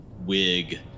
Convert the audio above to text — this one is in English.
wig